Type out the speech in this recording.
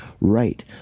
right